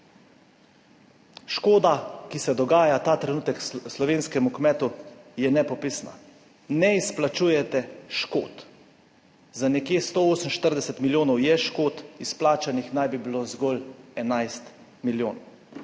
Škoda, ki se dogaja ta trenutek slovenskemu kmetu je nepopisna, ne izplačujete škod. Za nekje 148 milijonov je škod, izplačanih naj bi bilo zgolj 11 milijonov.